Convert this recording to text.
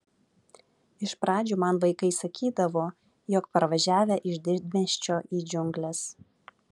iš pradžių man vaikai sakydavo jog parvažiavę iš didmiesčio į džiungles